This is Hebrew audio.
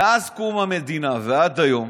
מאז קום המדינה ועד היום